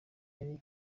yari